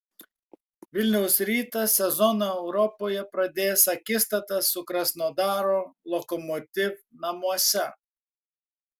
vilniaus rytas sezoną europoje pradės akistata su krasnodaro lokomotiv namuose